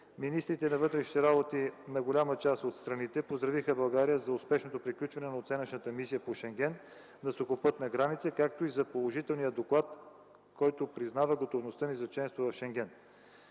министрите на вътрешните работи на голяма част от страните поздравиха България за успешното приключване на оценъчната мисия по Шенген за сухопътна граница, както и за положителния доклад, който признава готовността ни за членство в Шенген.